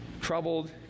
troubled